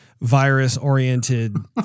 virus-oriented